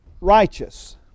righteous